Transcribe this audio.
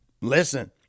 listen